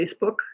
Facebook